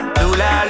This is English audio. lula